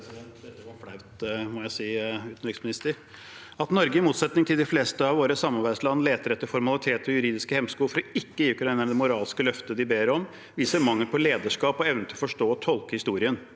At Norge i motsetning til de fleste av våre samarbeidsland leter etter formaliteter og juridiske hemsko for ikke å gi ukrainerne det moralske løftet de ber om, viser mangel på lederskap og evne til å forstå og tolke historien.